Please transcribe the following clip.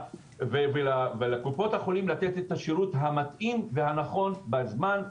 ולקופות החולים לתת את השירות המתאים והנכון בזמן,